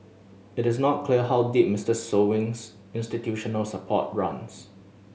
it is not clear how deep Mister Sewing's institutional support runs